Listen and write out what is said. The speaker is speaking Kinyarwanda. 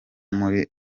muri